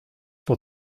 for